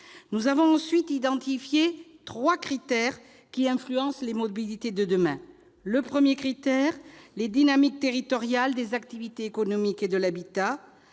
Nous avons ensuite identifié trois critères qui influenceront les mobilités de demain. Premièrement, s'agissant des dynamiques territoriales des activités économiques et de l'habitat,